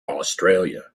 australia